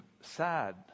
sad